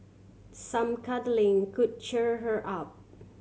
some cuddling could cheer her up